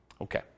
Okay